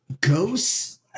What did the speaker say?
Ghosts